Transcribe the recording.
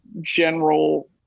general